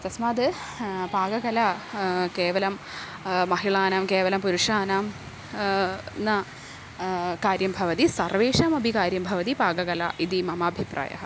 तस्माद् पाककला केवलं महिलानां केवलं पुरुषाणां न कार्यं भवति सर्वेषामपि कार्यं भवति पाककला इति मम अभिप्रायः